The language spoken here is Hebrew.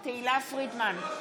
נגד עינב קאבלה,